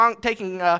taking